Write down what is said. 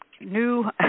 new